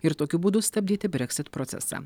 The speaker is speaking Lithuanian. ir tokiu būdu stabdyti breksit procesą